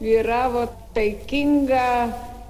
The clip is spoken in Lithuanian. yra vat taikinga